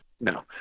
No